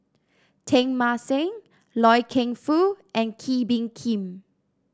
Teng Mah Seng Loy Keng Foo and Kee Bee Khim